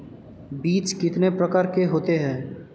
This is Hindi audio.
बीज कितने प्रकार के होते हैं?